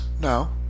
No